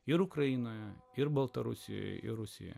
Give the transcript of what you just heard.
ir ukrainoje ir baltarusijoje rusijoje